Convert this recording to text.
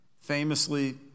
famously